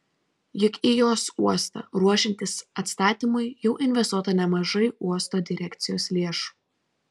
juk į jos uostą ruošiantis atstatymui jau investuota nemažai uosto direkcijos lėšų